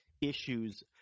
issues